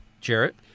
Jarrett